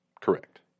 Correct